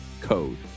code